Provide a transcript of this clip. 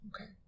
okay